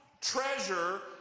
treasure